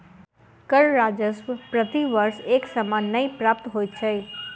कर राजस्व प्रति वर्ष एक समान नै प्राप्त होइत छै